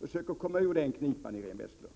Försök att komma ur den knipan, Iréne Vestlund!